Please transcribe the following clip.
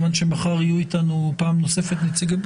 מכיוון שמחר יהיה אתנו פעם נוספת משרד הבריאות,